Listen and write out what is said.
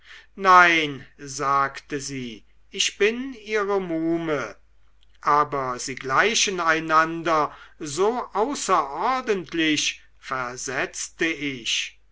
nein sagte sie ich bin ihre muhme aber sie gleichen einander so außerordentlich versetzte ich